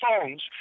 phones